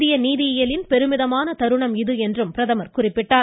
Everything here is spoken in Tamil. இந்திய நீதியியலின் பெருமிதமான தருணம் இது என்றும் பிரதமர் குறிப்பிட்டார்